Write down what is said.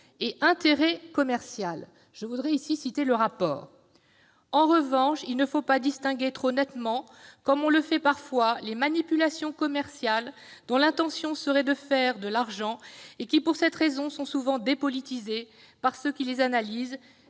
et intérêt commercial :« En revanche, il ne faut pas distinguer trop nettement, comme on le fait parfois, les manipulations commerciales dont l'intention serait de faire de l'argent, et qui, pour cette raison, sont souvent dépolitisées par ceux qui les analysent,